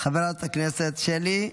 חברת הכנסת שלי.